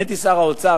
אני הייתי שר האוצר,